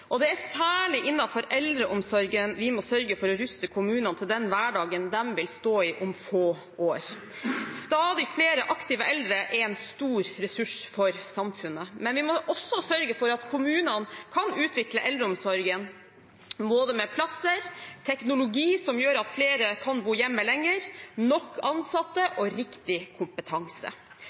Det er særlig innenfor eldreomsorgen vi må sørge for å ruste kommunene til den hverdagen de vil stå i om få år. Stadig flere aktive eldre er en stor ressurs for samfunnet, men vi må også sørge for at kommunene kan utvikle eldreomsorgen med både plasser, teknologi som gjør at flere kan bo hjemme lenger, nok ansatte og riktig kompetanse.